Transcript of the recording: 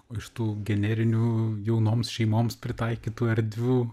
o iš tų generinių jaunoms šeimoms pritaikytų erdvių